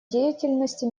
деятельности